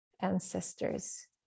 ancestors